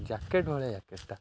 jacket ଭଳିଆ ଜ୍ୟାକେଟ୍ଟା